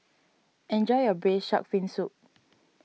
enjoy your Braised Shark Fin Soup